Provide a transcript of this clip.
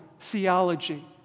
theology